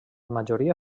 majoria